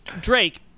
Drake